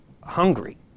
hungry